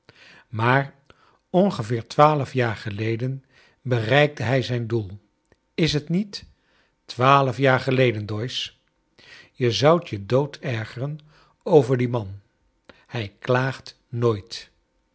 maar ongeveer twaalf jaar geleden bereikte hij zijn doei is t niet twaalf jaar geleden doyce je zoudt je dood ergeren over dien man hij klaagt nooit